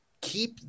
keep